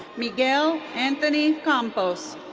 miguel anthony campos.